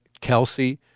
Kelsey